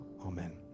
amen